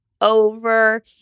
over